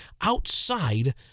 outside